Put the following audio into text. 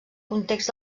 context